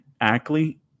Ackley